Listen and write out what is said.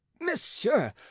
Monsieur